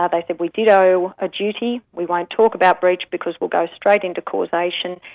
ah they said we did owe a duty, we won't talk about breach because we'll go straight into causation,